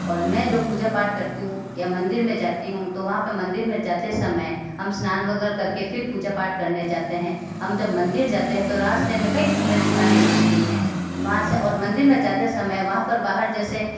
और मैं जो पूजा पाठ करती हूँ या मंदिर में जाती हूँ तो वहाँ पे मंदिर में जाते समय हम स्नान वगैरह करके फिर पूजा पाठ करने जाते हैं हम जब मंदिर जाते है तो रास्ते में कईं हमें दुकानें मिलती हैं वहाँ से और मंदिर में जाते समय वहाँ पर बाहर जैसे